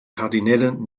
kardinäle